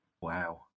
Wow